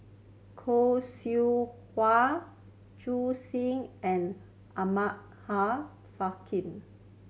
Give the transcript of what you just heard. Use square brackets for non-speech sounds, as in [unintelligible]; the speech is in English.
Khoo Seow Hwa Zhu [unintelligible] and Abraham Frankel